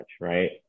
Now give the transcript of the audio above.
right